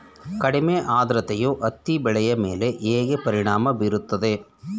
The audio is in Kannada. ಕಡಿಮೆ ಆದ್ರತೆಯು ಹತ್ತಿ ಬೆಳೆಯ ಮೇಲೆ ಹೇಗೆ ಪರಿಣಾಮ ಬೀರುತ್ತದೆ?